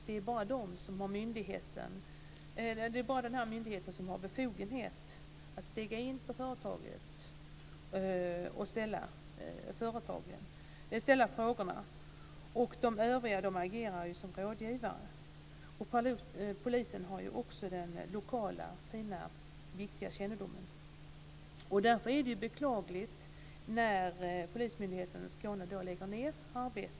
Det är bara den myndigheten som har befogenhet att stega in på företaget och ställa frågorna. De övriga agerar ju som rådgivare. Polisen har också den viktiga lokala kännedomen. Därför är det beklagligt att Polismyndigheten i Skåne lägger ned arbetet.